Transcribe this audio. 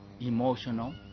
emotional